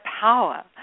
power